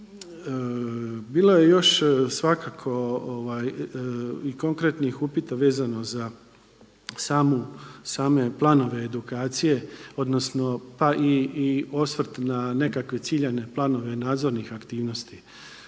Bilo je još svakako i konkretnih upita vezano za same planove edukacije odnosno pa i osvrt na nekakve ciljane planove nadzornih aktivnosti.